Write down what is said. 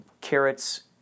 carrots